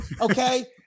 okay